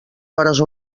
hores